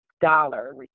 dollar